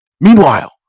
Meanwhile